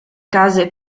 case